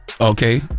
Okay